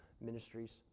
ministries